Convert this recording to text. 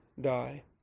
die